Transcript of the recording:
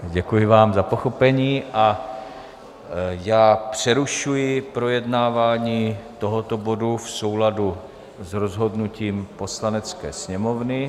Děkuji vám za pochopení a já přerušuji projednávání tohoto bodu v souladu s rozhodnutím Poslanecké sněmovny.